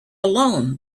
alone